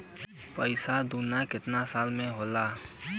पैसा दूना कितना साल मे होला?